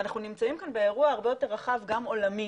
ואנחנו נמצאים כאן באירוע הרבה יותר רחב גם עולמי